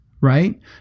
right